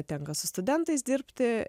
tenka su studentais dirbti